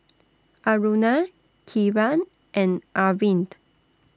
Aruna Kiran and Arvind